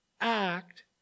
act